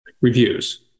reviews